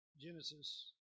Genesis